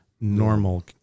normal